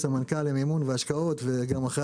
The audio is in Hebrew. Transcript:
סמנכ"ל למימון ולהשקעות ואחראי